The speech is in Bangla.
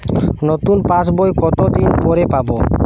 নতুন পাশ বই কত দিন পরে পাবো?